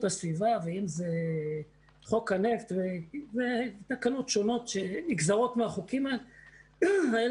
הסביבה ואם זה חוק הנפט ותקנות שונות שנגזרות מהחוקים האלה,